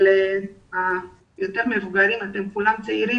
אולי מפחידה אנשים, אבל היותר מבוגרים אולי זוכרים